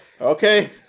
okay